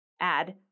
add